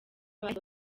bahise